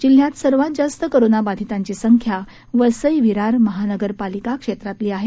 जिल्ह्यात सर्वात जास्त कोरोना बधितांची संख्या ही वसई विरार महानगरपालिका क्षेत्रातली आहे